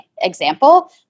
example